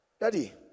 Daddy